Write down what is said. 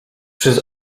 przez